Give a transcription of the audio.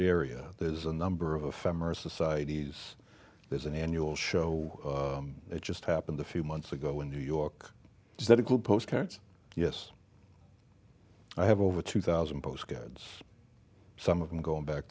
area there's a number of a femoral societies there's an annual show that just happened a few months ago in new york is that a group postcards yes i have over two thousand postcards some of them going back